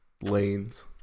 lanes